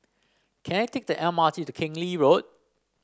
can I take the M R T to Keng Lee Road